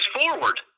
forward